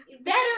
better